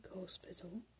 hospital